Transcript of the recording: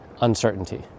uncertainty